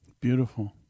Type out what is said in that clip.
Beautiful